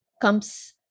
comes